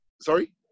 sorry